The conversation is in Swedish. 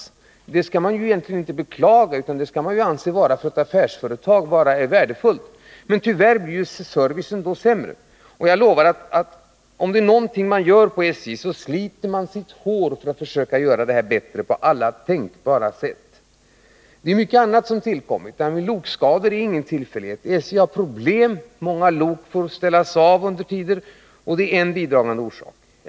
Men det skall man egentligen inte beklaga utan anse vara värdefullt för ett affärsföretag. Tyvärr blir emellertid servicen sämre då. Jag lovar att SJ sliter sitt hår för att försöka göra förbättringar på alla tänkbara sätt. Det är mycket annat som tillkommit. Lokskadorna är ingen tillfällighet. SJ har problem. Många lok får ställas av under vissa tider, och det är en bidragande orsak till svårigheterna.